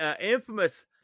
infamous